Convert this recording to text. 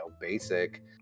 basic